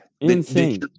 insane